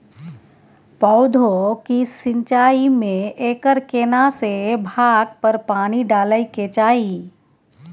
पौधों की सिंचाई में एकर केना से भाग पर पानी डालय के चाही?